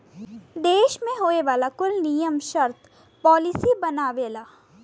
देस मे होए वाला कुल नियम सर्त पॉलिसी बनावेला